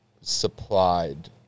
supplied